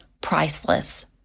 priceless